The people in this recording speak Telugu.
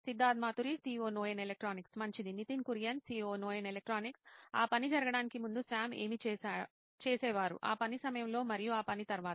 సిద్ధార్థ్ మాతురి CEO నోయిన్ ఎలక్ట్రానిక్స్ మంచిది నితిన్ కురియన్ COO నోయిన్ ఎలక్ట్రానిక్స్ ఆ పని జరగడానికి ముందు సామ్ ఏమి చేసేవారు ఆ పని సమయంలో మరియు ఆ పని తర్వాత